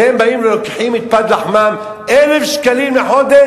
אתם באים ולוקחים את פת לחמם, 1,000 שקלים לחודש?